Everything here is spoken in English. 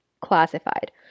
classified